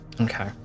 Okay